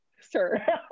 sir